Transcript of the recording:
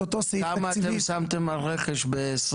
את אותו סעיף תקציבי --- כמה אתם שמתם על רכש ב-2023-2024,